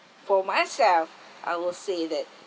for myself I will say that